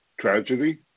tragedy